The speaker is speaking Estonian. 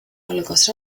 algas